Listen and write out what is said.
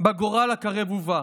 בגורל הקרב ובא.